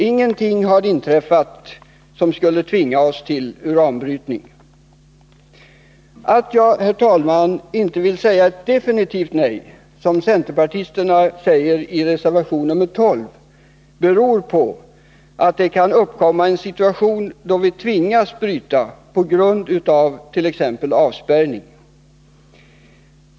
Ingenting har inträffat som skulle tvinga oss till uranbrytning. Att jag, herr talman, inte vill säga definitivt nej, som centerpartisterna gör i reservation 12, beror på att det kan uppkomma en situation då vi tvingas att bryta, t.ex. på grund av avspärrning.